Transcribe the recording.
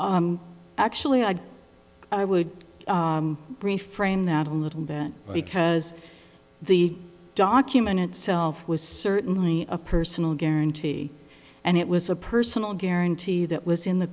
pay actually i i would brief reign that a little bit because the document itself was certainly a personal guarantee and it was a personal guarantee that was in the